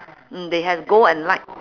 mm they have gold and light